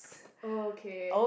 okay